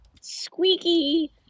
squeaky